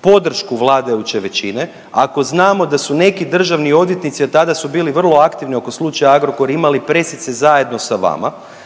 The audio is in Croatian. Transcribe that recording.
podršku vladajuće većine, ako znamo da su neki državni odvjetnici, a tada su bili vrlo aktivni oko slučaja Agrokor imali presice zajedno sa vama,